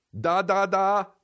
Da-da-da